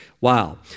Wow